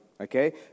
okay